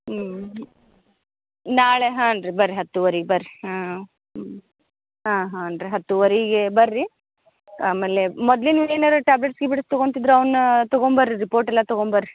ಹ್ಞೂ ಹ್ಞೂ ನಾಳೆ ಹಾಂ ರೀ ಬರ್ರಿ ಹತ್ತುವರಿಗೆ ಬರ್ರಿ ಹಾಂ ಹ್ಞೂ ಹಾಂ ಹಾಂ ರೀ ಹತ್ತುವರೆಗೆ ಬರ್ರಿ ಆಮೇಲೆ ಮೊದ್ಲಿಂದ ಏನಾರು ಟ್ಯಾಬ್ಲೆಟ್ಸ್ ಗಿಬ್ಲೇಟ್ಸ್ ತಗೋಂತಿದ್ರೆ ಅವನ್ನು ತಗೊಂಬರ್ರಿ ರಿಪೋರ್ಟ್ ಎಲ್ಲ ತಗೊಂಬರ್ರಿ